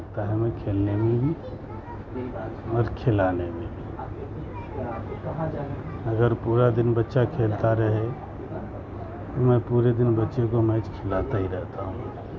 لگتا ہے ہمیں کھیلنے میں بھی اور کھلانے میں بھی اگر پورا دن بچہ کھیلتا رہے میں پورے دن بچے کو میچ کھلاتا ہی رہتا ہوں